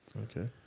Okay